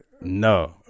No